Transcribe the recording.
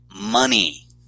money